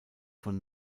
vom